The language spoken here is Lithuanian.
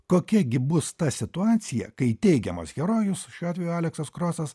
kokia gi bus ta situacija kai teigiamas herojus šiuo atveju aleksas krosas